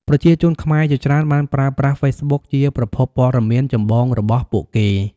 ប្រជាជនខ្មែរជាច្រើនបានប្រើប្រាស់ហ្វេសប៊ុកជាប្រភពព័ត៌មានចម្បងរបស់ពួកគេ។